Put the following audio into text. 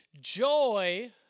Joy